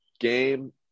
Game